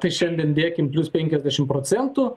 tai šiandien dėkim plius penkiasdešimt procentų